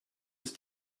ist